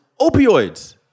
opioids